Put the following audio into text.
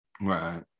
Right